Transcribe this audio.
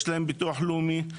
יש להם ביטוח לאומי,